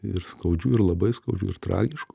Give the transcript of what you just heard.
ir skaudžių ir labai skaudžių ir tragiškų